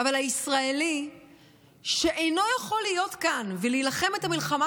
אבל הישראלי שאינו יכול להיות כאן ולהילחם את המלחמה